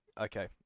okay